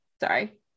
Sorry